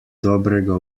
dobrega